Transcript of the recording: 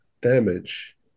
damage